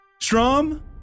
Strom